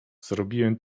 zrobiłem